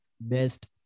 best